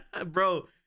Bro